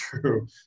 true